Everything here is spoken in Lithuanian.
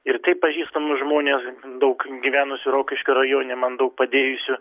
ir taip pažįstamus žmones daug gyvenusių rokiškio rajone man daug padėjusių